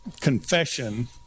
confession